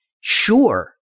sure